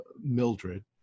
Mildred